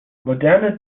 moderne